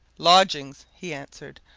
lodgings! he answered,